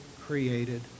created